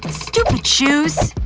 stupid shoes.